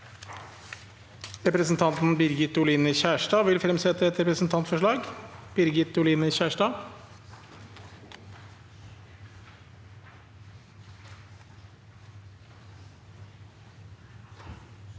Representanten Birgit Oli- ne Kjerstad vil fremsette et representantforslag.